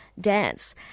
dance